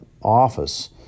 office